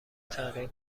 تغییر